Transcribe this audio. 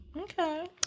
Okay